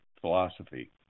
philosophy